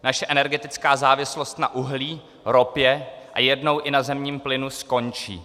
Naše energetická závislost na uhlí, ropě a jednou i na zemním plynu skončí.